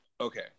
Okay